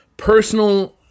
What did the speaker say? personal